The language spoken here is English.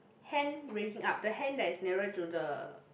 hand raising up the hand that is nearer to the